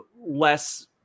less